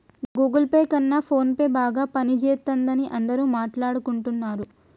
Google pay కన్నా ఫోన్పేనే బాగా పనిజేత్తందని అందరూ మాట్టాడుకుంటన్నరు